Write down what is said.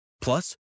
Plus